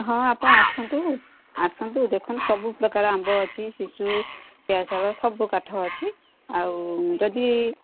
ହଁ ଆପଣ ଆସନ୍ତୁ ଆସନ୍ତୁ ଦେଖନ୍ତୁ ସବୁ ପ୍ରକାର ଆମ୍ବ ଅଛି ଶିଶୁ ପିଆଶାଳ ସବୁ କାଠ ଅଛି ଆଉ ଯଦି